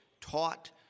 taught